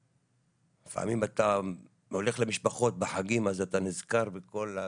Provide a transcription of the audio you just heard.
לפעמים אתה הולך למשפחות בחגים אז אתה נזכר בכל הסיפור,